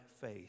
faith